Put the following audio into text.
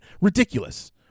Ridiculous